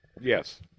Yes